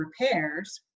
repairs